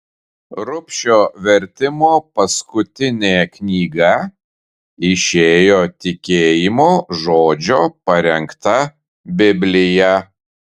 rubšio vertimo paskutinė knyga išėjo tikėjimo žodžio parengta biblija